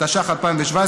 התשע"ח 2017,